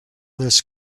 this